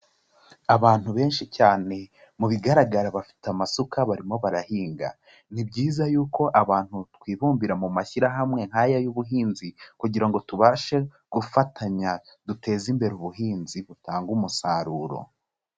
Abantu benshi cyane, mu bigaragara bafite amasuka barimo barahinga, ni byiza yuko abantu twibumbira mu mashyirahamwe nk'aya y'ubuhinzi, kugira ngo tubashe gufatanya, duteza imbere ubuhinzi butanga umusaruro.